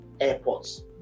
airports